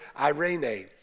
irene